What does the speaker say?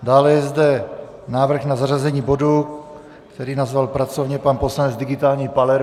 Dále je zde návrh na zařazení bodu, který nazval pracovně pan poslanec Digitální Palermo.